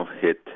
hit